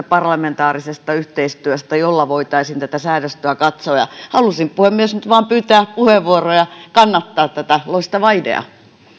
parlamentaarisesta yhteistyöstä jolla voitaisiin tätä säädöstöä katsoa halusin puhemies nyt vain pyytää puheenvuoron ja kannattaa tätä loistavaa ideaa